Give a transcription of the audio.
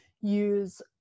use